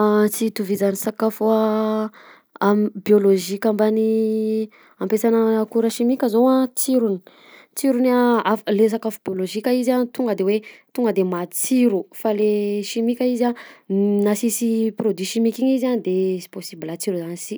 Ah sy itovizany sakafo am am- biôlozika mban'ny ampiasena akora chimique zao a tsirony, tsirony a le sakafo bipolozika izy a tonga de hoe tonga de matsiro fa le chimique izy a na sisy produit chimique iny izy a de sy possible atsiro zany si.